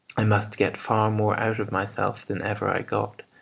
i must get far more out of myself than ever i got,